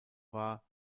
war